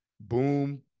boom